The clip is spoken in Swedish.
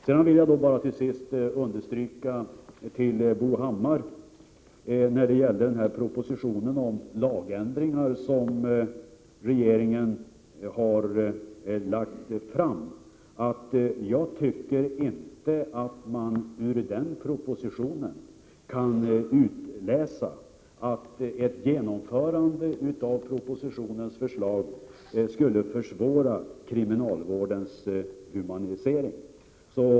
Jag vill bara till sist understryka för Bo Hammar att man av den proposition om lagändringar som regeringen har lagt fram inte kan utläsa att ett genomförande av dess förslag skulle försvåra kriminalvårdens humanisering.